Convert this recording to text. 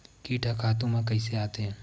कीट ह खातु म कइसे आथे?